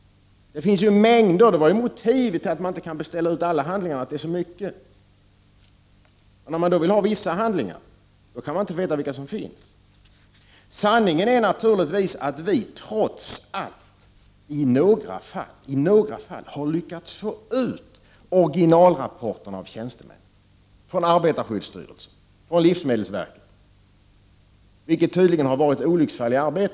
Det finns ju mängder av papper. Motivet till att man inte kunde beställa alla handlingarna var ju att det fanns så många. Vill man då ha vissa handlingar, kan man inte veta vilka som finns. Sanningen är naturligtvis att vi miljöpartister trots allt i några fall lyckats få ut originalrapporter av tjänstemän på arbetarskyddstyrelsen och livsme — Prot. 1989/90:32 delsverket, vilket tydligen har varit olycksfall i arbetet.